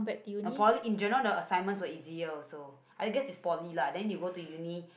no Poly in general the assignments were easier also I guess it's Poly lah then you go to Uni